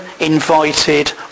invited